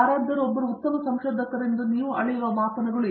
ಯಾವ ರೀತಿಯಲ್ಲಿ ಅವರು ತಮ್ಮ ಸಂಶೋಧಕರನ್ನು ತಮ್ಮ ಯಶಸ್ಸನ್ನು ಅಳೆಯಬೇಕು